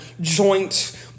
joint